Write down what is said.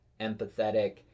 empathetic